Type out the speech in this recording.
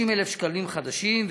50,000 שקלים חדשים,